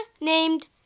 named